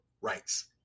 rights